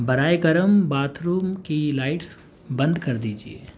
براہ کرم bathroom کی لائٹس بند کر دیجیے